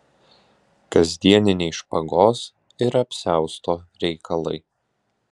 kasdieniniai špagos ir apsiausto reikalai